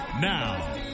Now